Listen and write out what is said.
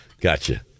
Gotcha